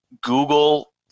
google